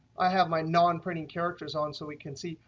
i have my non-printing characters on so we can see.